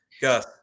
Gus